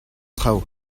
traoù